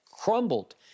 crumbled